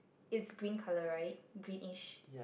it's green colour right greenish